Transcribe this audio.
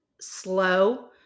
slow